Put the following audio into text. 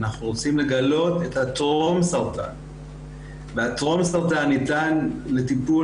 אנחנו רוצים לגלות את הטרום סרטן והטרום סרטן ניתן לטיפול